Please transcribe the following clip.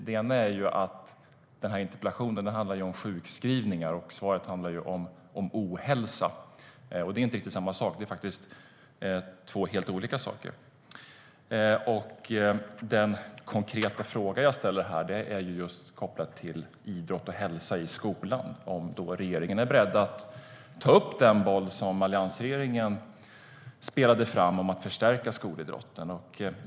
Det ena är att interpellationen handlar om sjukskrivningar och svaret handlar om ohälsa. Det är inte riktigt samma sak, utan det är faktiskt två helt olika saker. Det andra är att den konkreta fråga som jag ställer är kopplad till idrott och hälsa i skolan, om regeringen är beredd att ta upp den boll som alliansregeringen spelade fram om att förstärka skolidrotten.